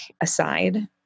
aside